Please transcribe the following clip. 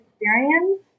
experience